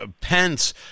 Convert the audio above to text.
Pence